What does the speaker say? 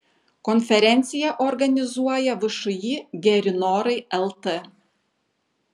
konferenciją organizuoja všį geri norai lt